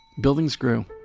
buildings grew.